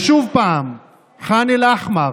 ושוב ח'אן אל-אחמר.